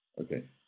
Okay